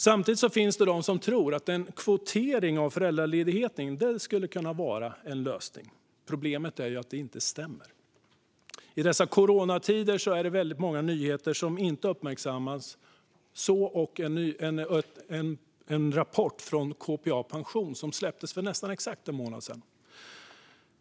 Samtidigt finns de som tror att kvotering av föräldraledigheten skulle kunna vara en lösning. Problemet är att det inte stämmer. I dessa coronatider är det många nyheter som inte uppmärksammas, så ock en rapport från KPA Pension som släpptes för nästan exakt en månad sedan.